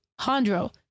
hondro